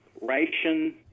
Ration